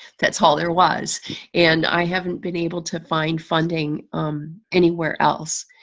that's all there was and i haven't been able to find funding anywhere else.